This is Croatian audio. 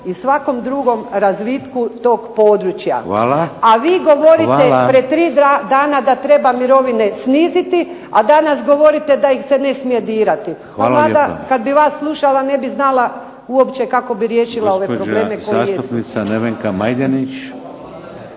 i svakom drugom razvitku tog područja. A vi govorite pred tri dana da treba mirovine sniziti, a danas govorite da ih se ne smije dirati. Pa Vlada kada bi vas slušala uopće ne bi znala kako riješiti ove probleme koji jesu.